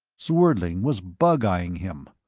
zwerdling was bug-eyeing him.